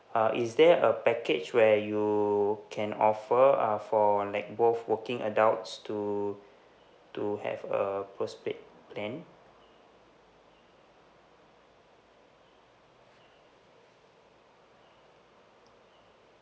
uh is there a package where you can offer uh for like both working adults to to have a postpaid plan